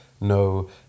no